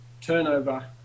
turnover